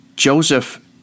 Joseph